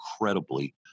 incredibly